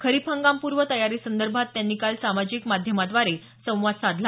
खरीप हंगामपूर्व तयारी संदर्भात त्यांनी काल सामाजिक माध्यमाद्वारे संवाद साधला